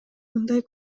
мындай